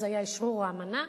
אז היה אשרור האמנה.